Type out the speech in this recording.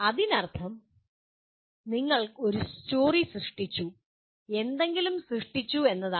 അതിനർത്ഥം നിങ്ങൾ ഒരു സ്റ്റോറി സൃഷ്ടിച്ചു എന്തെങ്കിലും സൃഷ്ടിച്ചു എന്നാണ്